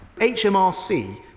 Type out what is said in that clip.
HMRC